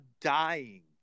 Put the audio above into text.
dying